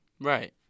Right